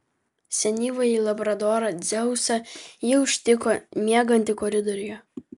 senyvąjį labradorą dzeusą ji užtiko miegantį koridoriuje